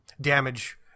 damage